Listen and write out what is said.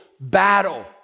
battle